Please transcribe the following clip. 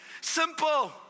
Simple